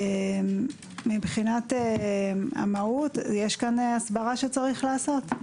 מבחנת המהות יש פה הסברה שיש לעשות,